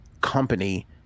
company